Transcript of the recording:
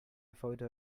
photo